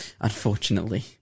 Unfortunately